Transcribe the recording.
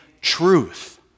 truth